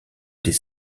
des